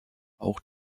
auch